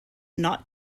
not